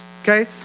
okay